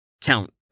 count